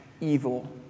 evil